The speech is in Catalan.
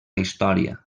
història